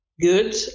good